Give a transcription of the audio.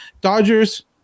Dodgers